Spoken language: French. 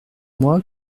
moi